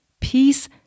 peace